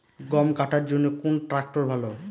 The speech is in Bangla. গম কাটার জন্যে কোন ট্র্যাক্টর ভালো?